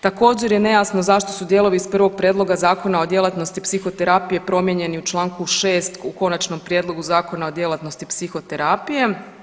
Također je nejasno zašto su dijelovi iz prvog prijedloga zakona o djelatnosti psihoterapije promijenjeni u čl. 6 u konačnom prijedlogu zakona o djelatnosti psihoterapije.